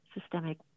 systemic